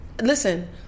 listen